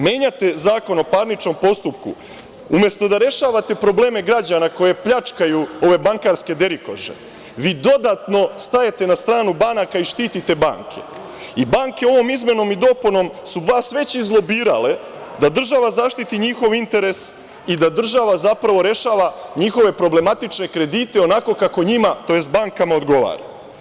Menjate Zakon o parničnom postupku umesto da rešavate probleme građana koje pljačkaju ove bankarske derikože, vi dodatno stajete na stranu banaka i štitite banke i banke ovom izmenom i dopunom su vas već izlobirale da država zaštiti njihov interes i da država zapravo rešava njihove problematične kredite onako kako njima, tj. bankama odgovara.